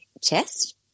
chest